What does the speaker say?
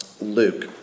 Luke